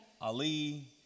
Ali